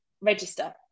register